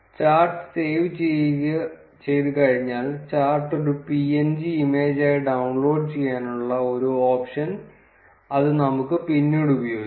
chart save ചെയ്തുകഴിഞ്ഞാൽ chart ഒരു png ഇമേജായി ഡൌൺലോഡ് ചെയ്യാനുള്ള ഒരു ഓപ്ഷൻ അത് നമുക്ക് പിന്നീട് ഉപയോഗിക്കാം